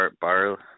bar